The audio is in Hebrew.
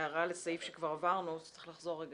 הערה לסעיף שכבר עברנו, אז צריך לחזור.